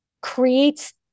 creates